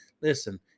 Listen